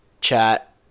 chat